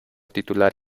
titular